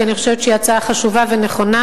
כי אני חושבת שהיא הצעה חשובה ונכונה,